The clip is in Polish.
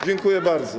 Dziękuję bardzo.